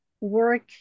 work